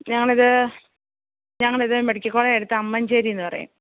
ഞങ്ങളിത് ഞങ്ങളിത് മെഡിക്കൽ കോളേജടുത്ത് അമ്മഞ്ചേരീന്ന് പറയും